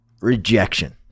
Rejection